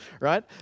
right